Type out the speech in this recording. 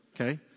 Okay